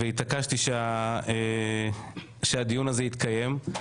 התעקשתי שהדיון הזה יתקיים,